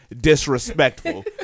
disrespectful